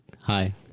Hi